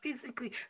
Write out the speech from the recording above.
physically